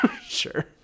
sure